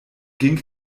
ging